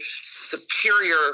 superior